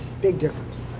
big difference.